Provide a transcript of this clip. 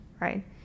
right